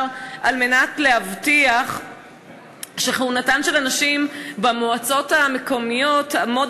על מנת להבטיח שכהונתן של הנשים במועצות המקומיות תעמוד